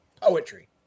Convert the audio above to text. poetry